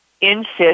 insist